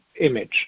image